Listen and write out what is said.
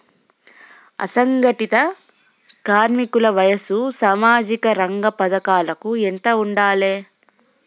అసంఘటిత కార్మికుల వయసు సామాజిక రంగ పథకాలకు ఎంత ఉండాలే?